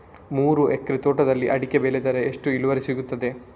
ಮೂರು ಎಕರೆ ತೋಟದಲ್ಲಿ ಅಡಿಕೆ ಬೆಳೆದರೆ ಎಷ್ಟು ಇಳುವರಿ ಸಿಗುತ್ತದೆ?